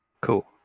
Cool